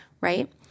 right